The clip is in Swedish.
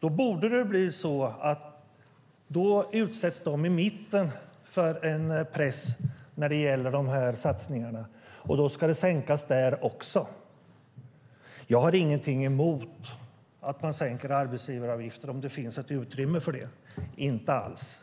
borde det bli så att de i mitten utsätts för en press när det gäller satsningarna, och då ska det sänkas där också. Jag har ingenting emot att man sänker arbetsgivaravgifter om det finns ett utrymme för det, inte alls.